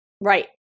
Right